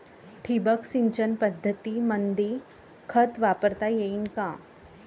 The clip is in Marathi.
ठिबक सिंचन पद्धतीमंदी खत वापरता येईन का?